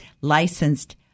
licensed